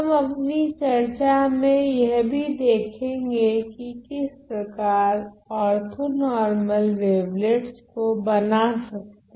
हम अपनी चर्चा में यह भी देखेगे की किस प्रकार ओर्थोनोर्मल वेवलेट्स को बना सकते हैं